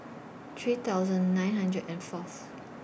three thousand nine hundred and Fourth